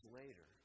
later